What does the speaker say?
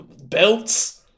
belts